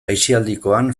aisialdikoan